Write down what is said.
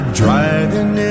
driving